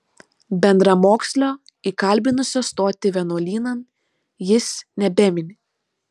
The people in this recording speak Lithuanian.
bendramokslio įkalbinusio stoti vienuolynan jis nebemini